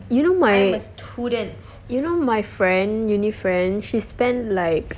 you know my you know my friend uni~ friend she spend like